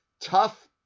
Tough